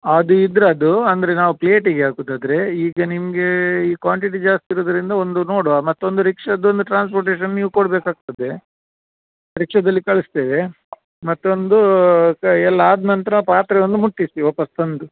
ಅದು ಇದರದ್ದು ಅಂದರೆ ನಾವು ಪ್ಲೇಟಿಗೆ ಹಾಕುದಾದ್ರೆ ಈಗ ನಿಮಗೆ ಈ ಕ್ವಾಂಟಿಟಿ ಜಾಸ್ತಿ ಇರುದರಿಂದ ಒಂದು ನೋಡುವ ಮತ್ತೊಂದು ರಿಕ್ಷಾದು ಒಂದು ಟ್ರಾನ್ಸ್ಪೋರ್ಟೇಶನ್ ನೀವು ಕೊಡಬೇಕಾಗ್ತದೆ ರಿಕ್ಷಾದಲ್ಲಿ ಕಳಿಸ್ತೇವೆ ಮತ್ತೊಂದು ಕ ಎಲ್ಲ ಆದ ನಂತರ ಪಾತ್ರೆ ಒಂದು ಮುಟ್ಟಿಸಿ ವಾಪಸ್ಸು ತಂದು